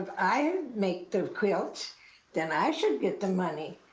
i make the quilts then i should get the money.